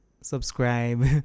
subscribe